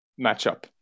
matchup